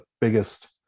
biggest